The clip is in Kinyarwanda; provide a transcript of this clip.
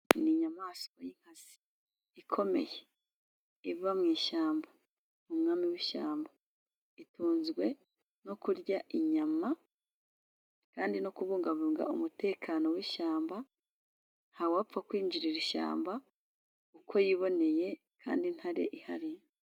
Ni inyamaswa y'inkazi ikomeye iba mu ishyamba, umwami w'ishyamba. Itunzwe no kurya inyama kandi no kubungabunga umutekano wi'ishyamba. Nta wapfa kwinjirira ishyamba uko yiboneye kandi intare ihari.